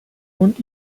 und